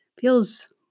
Feels